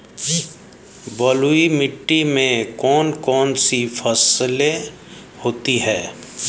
बलुई मिट्टी में कौन कौन सी फसलें होती हैं?